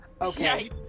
Okay